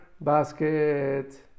basket